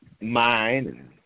mind